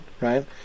right